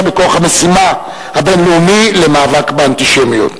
בכוח המשימה הבין-לאומי למאבק באנטישמיות.